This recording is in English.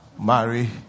marry